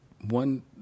One